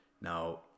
Now